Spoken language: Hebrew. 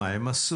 מה הם עשו,